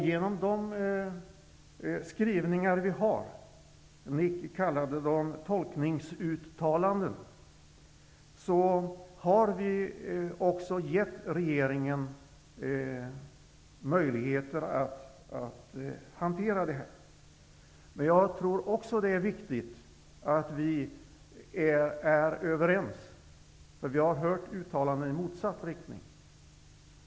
Genom våra skrivningar -- Nic Grönvall kallade dem tolkningsuttalanden -- har vi gett regeringen möjligheter att hantera dessa frågor. Det är också viktigt att vi är överens, då vi har hört uttalanden i motsatt riktning.